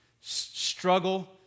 struggle